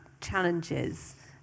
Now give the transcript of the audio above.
challenges